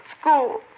school